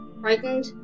Frightened